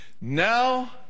Now